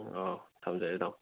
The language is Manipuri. ꯑꯣ ꯊꯝꯖꯔꯦ ꯇꯥꯃꯣ